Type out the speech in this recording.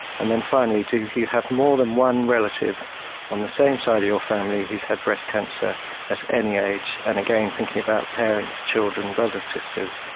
and then finally, do you have more than one relative on the same side of your family who has had breast cancer at any age? and again, thinking about parents, children, brothers, sisters,